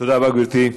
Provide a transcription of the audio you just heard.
תודה רבה, גברתי.